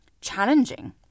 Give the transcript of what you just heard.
challenging